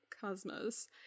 cosmos